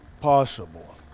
possible